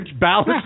balance